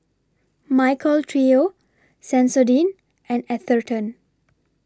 Michael Trio Sensodyne and Atherton